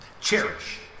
cherish